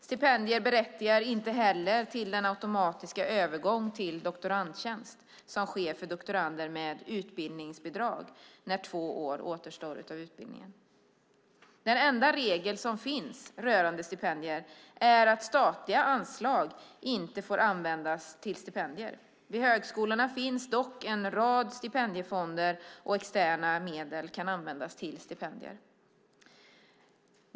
Stipendier berättigar inte heller till den automatiska övergång till doktorandtjänst som sker för doktorander med utbildningsbidrag när två år återstår av utbildningen. Den enda regel som finns rörande stipendier är att statliga anslag inte får användas till stipendier. Vid högskolorna finns dock en rad stipendiefonder, och externa medel kan användas till stipendier.